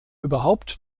überhaupt